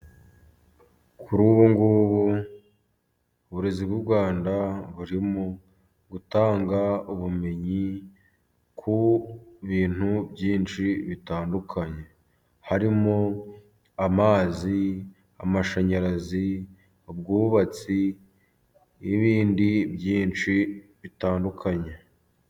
kuri ubungubu uburezi bw'u Rwanda buri gutanga ubumenyi ku bintu byinshi bitandukanye harimo: amazi, amashanyaraz,i ubwubatsi n'ibindi byinshi bitandukanye.